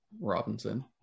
robinson